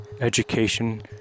education